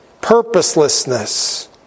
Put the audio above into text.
purposelessness